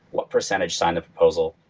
what percentage sign the proposal,